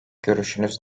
görüşünüz